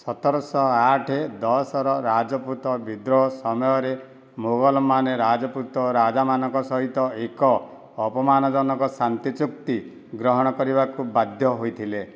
ସତରଶହ ଆଠେ ଦଶ ର ରାଜପୁତ ବିଦ୍ରୋହ ସମୟରେ ମୋଗଲମାନେ ରାଜପୁତ ରାଜାମାନଙ୍କ ସହିତ ଏକ ଅପମାନଜନକ ଶାନ୍ତି ଚୁକ୍ତି ଗ୍ରହଣ କରିବାକୁ ବାଧ୍ୟ ହୋଇଥିଲେ